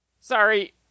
sorry